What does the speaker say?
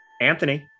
Anthony